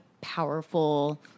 powerful